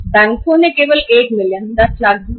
bank ने केवल 10 लाख रुपए दिए हैं